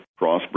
Crossbreed